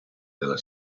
della